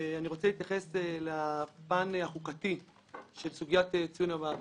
אני רוצה להתייחס לפן החוקתי של סוגיית ציון המעבר.